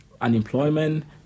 unemployment